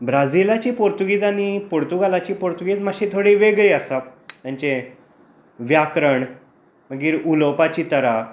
ब्राजीलाची पुर्तुगीज आनी पुर्तुगालाची पुर्तुगीज मातशी थोडी वेगळी आसा तेंचे व्याकरण मागीर उलोवपाची तरा